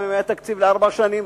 גם אם היה תקציב לארבע שנים,